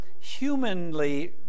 Humanly